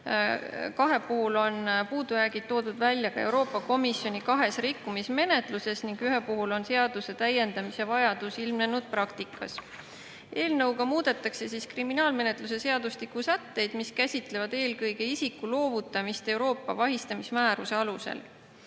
kahe puhul on puudujäägid toodud välja ka Euroopa Komisjoni [algatatud] kahes rikkumismenetluses ning ühe puhul on seaduse täiendamise vajadus ilmnenud praktikas. Eelnõuga muudetakse kriminaalmenetluse seadustiku sätteid, mis käsitlevad eelkõige isiku loovutamist Euroopa vahistamismääruse alusel. Toon